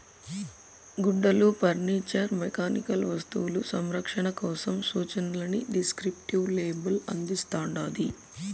గుడ్డలు furniture mechanical వస్తువులు సంరక్షణ కోసం సూచనలని డిస్క్రిప్టివ్ లేబుల్ అందిస్తాండాది